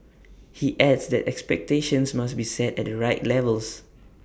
he adds that expectations must be set at the right levels